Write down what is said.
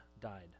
died